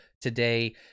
today